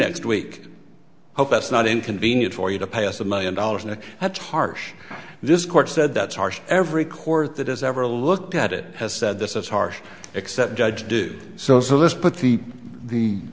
next week i hope that's not inconvenient for you to pay as a million dollars and that's harsh this court said that's harsh every court that has ever looked at it has said this is harsh except judge do so so this put the the